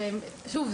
שוב,